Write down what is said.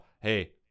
hey